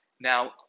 Now